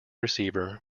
receiver